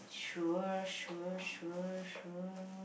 sure sure sure sure